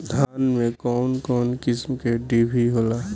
धान में कउन कउन किस्म के डिभी होला?